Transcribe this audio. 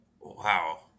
Wow